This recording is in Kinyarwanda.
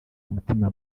n’umutima